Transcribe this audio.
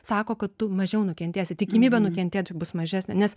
sako kad tu mažiau nukentėsi tikimybė nukentėti bus mažesnė nes